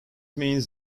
means